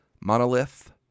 monolith